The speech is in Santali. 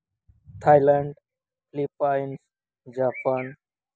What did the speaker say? Thailand Philippines Japan